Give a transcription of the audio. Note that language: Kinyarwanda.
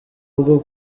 bwo